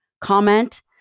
comment